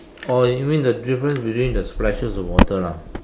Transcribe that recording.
oh you mean the difference between the splashes of water lah